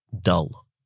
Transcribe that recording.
dull